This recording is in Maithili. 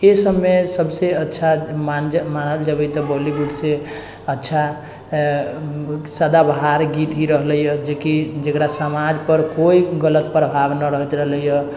एहि सबमे सबसँ अच्छा मानल जेबै तऽ बॉलीवुडसँ अच्छा सदाबहार गीत ही रहलैए जेकि जकरा समाजपर कोइ गलत प्रभाव नहि रहैत रहलैए